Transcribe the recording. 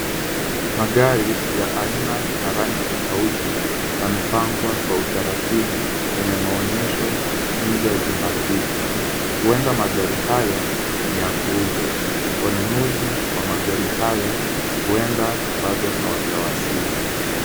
Magari ya aina na rangi tofauti yamepangwa kwa utaratibu kwenye maonyesho nje ya jumba hili. Huenda magari haya ni ya kuuzwa. Wanunuzi wa magari haya huenda bado hawajawasili.